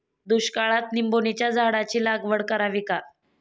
दुष्काळात निंबोणीच्या झाडाची लागवड करावी का?